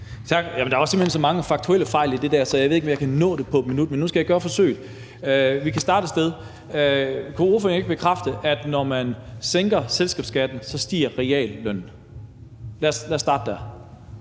Tak. Jamen der var simpelt hen så mange faktuelle fejl idet det der, at jeg ikke ved, om jeg kan nå det på et minut, men nu skal jeg gøre forsøget. Vi kan starte et sted: Kan ordføreren ikke bekræfte, at når man sænker selskabsskatten, stiger reallønnen? Lad os starte der.